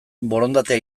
borondatea